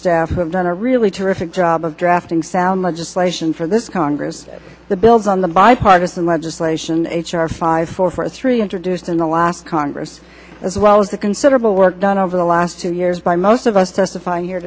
staff who have done a really terrific job of drafting sound legislation for this congress the bills on the bipartisan legislation h r five four four three introduced in the last congress as well as a considerable work done over the last two years by most of us testifying here